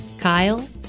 Kyle